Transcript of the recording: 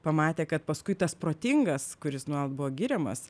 pamatė kad paskui tas protingas kuris nuolat buvo giriamas